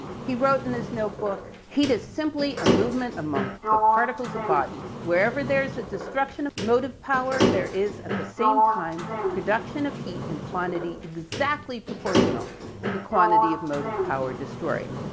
he wrote in his notebook, heat is simply a movement among the particles of bodies, wherever there's a destruction of motive power, there is at the same time, production of heat and quantity, exactly proportional to the quantity of motive power destroyed,